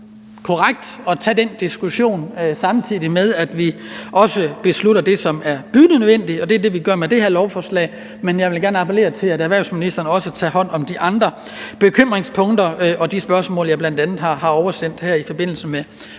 at tage den diskussion, samtidig med at vi også beslutter det, som er bydende nødvendigt, og det er det, vi gør med det her lovforslag. Men jeg vil gerne appellere til, at erhvervsministeren også tager hånd om de andre bekymringspunkter og de spørgsmål, jeg bl.a. har oversendt her i forbindelse med